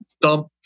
dump